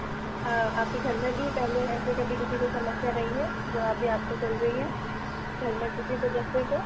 अच्छा आपके घर में भी पहले ऐसे कभी किसी को समस्या रही है जो अभी आपको चल रही है घर में किसी सदस्य को